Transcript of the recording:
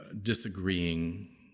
disagreeing